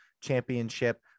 championship